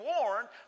warned